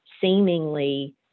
seemingly